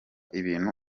ibintu